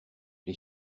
les